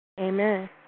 Amen